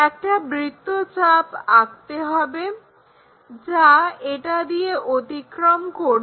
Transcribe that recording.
একটা বৃত্তচাপ আঁকতে হবে যা এটা দিয়ে অতিক্রম করবে